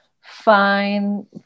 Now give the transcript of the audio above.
fine